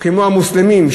כמו המוסלמים,